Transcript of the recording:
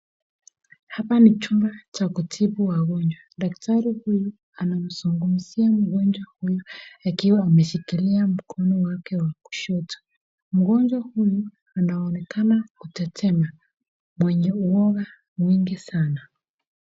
Hapa ni chumba cha kutibu wagonjwa. Daktari huyu amemzungumzia mgonjwa huyu akiwa ameshikilia mkono wake wa kushoto. Mgonjwa huyu anaonekana kutetema mwenye uoga mwingi sana.